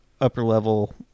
upper-level